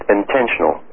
intentional